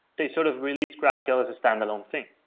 they sort of released graphql as a standalone thing.